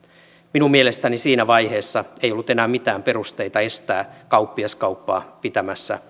minun mielestäni siinä vaiheessa ei ollut enää mitään perusteita estää kauppiaskauppaa pitämästä